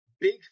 big